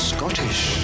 Scottish